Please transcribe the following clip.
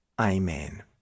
Amen